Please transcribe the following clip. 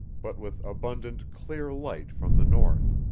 but with abundant clear light from the north.